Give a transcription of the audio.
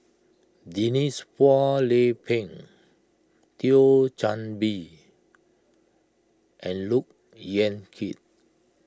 Denise Phua Lay Peng Thio Chan Bee and Look Yan Kit